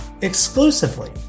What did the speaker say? exclusively